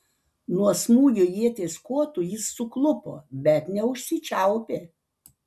nuo smūgio ieties kotu jis suklupo bet neužsičiaupė